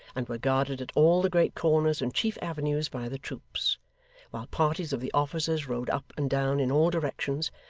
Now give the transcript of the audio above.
and were guarded at all the great corners and chief avenues by the troops while parties of the officers rode up and down in all directions,